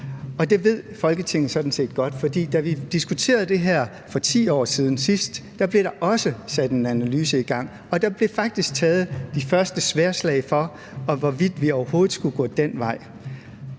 det ved Folketinget sådan set godt. For da vi sidst diskuterede det her for 10 år siden, blev der også sat en analyse i gang, og der blev faktisk taget de første sværdslag om, hvorvidt vi overhovedet skulle gå den vej.